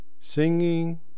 singing